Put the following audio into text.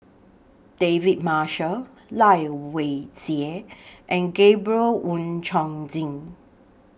David Marshall Lai Weijie and Gabriel Oon Chong Jin